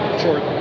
short